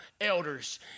elders